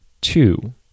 two